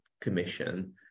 commission